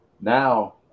now